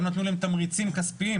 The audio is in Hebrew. גם נתנו להם תמריצים כספיים,